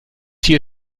hier